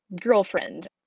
girlfriend